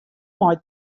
mei